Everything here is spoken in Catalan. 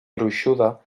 gruixuda